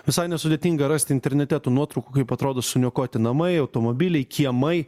visai nesudėtinga rasti internete tų nuotraukų kaip atrodo suniokoti namai automobiliai kiemai